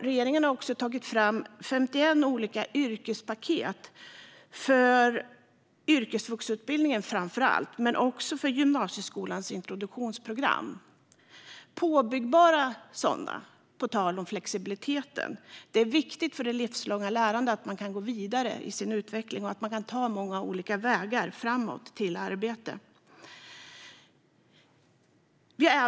Regeringen har också tagit fram 51 olika yrkespaket för framför allt yrkesvuxutbildningen men också för gymnasieskolans introduktionsprogram. Påbyggbara sådana, på tal om flexibilitet, är viktigt för det livslånga lärandet, så att man kan gå vidare i sin utveckling och ta många olika vägar framåt till arbete.